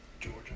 Georgia